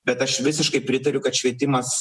bet aš visiškai pritariu kad švietimas